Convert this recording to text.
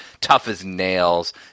tough-as-nails